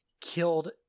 killed